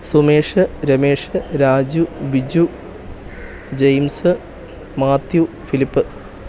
Sumesh Ramesh Raju Biju James Mathew Philip